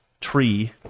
tree